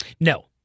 No